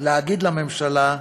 להגיד לממשלה: